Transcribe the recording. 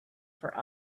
for